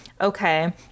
okay